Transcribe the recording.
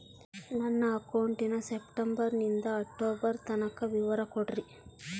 ನನ್ನ ಅಕೌಂಟಿನ ಸೆಪ್ಟೆಂಬರನಿಂದ ಅಕ್ಟೋಬರ್ ತನಕ ವಿವರ ಕೊಡ್ರಿ?